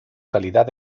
calidad